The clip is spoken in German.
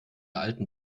alten